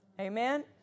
Amen